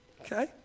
Okay